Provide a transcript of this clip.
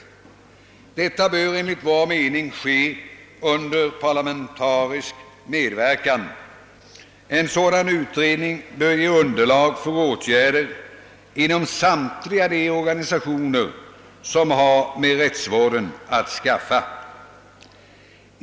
Detta bör enligt vår mening ske under parlamentarisk medverkan. En sådan utredning bör ge underlag för åtgärder inom samtliga de organisationer som har med rättsvården att skaffa.